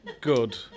good